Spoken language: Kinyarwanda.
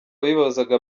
bibazaga